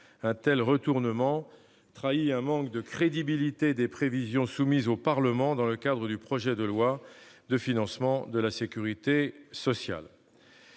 Un tel retournement trahit un manque de crédibilité des prévisions soumises au Parlement dans le cadre du projet de loi de financement de la sécurité sociale.